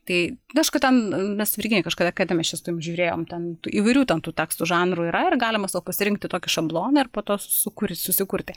tai nu ašku ten mes su virginija kažkada kada mes čia su tavim žiūrėjom ten tų įvairių ten tų tekstų žanrų yra ir galima sau pasirinkti tokį šabloną ir po to sukur susikurti